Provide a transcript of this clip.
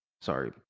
sorry